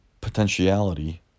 potentiality